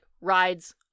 rides